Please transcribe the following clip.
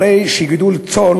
הרי לכולם ידוע שגידול צאן